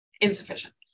insufficient